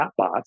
chatbots